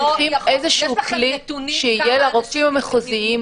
צריכים איזשהו כלי שיהיה לרופאים המחוזיים,